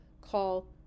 call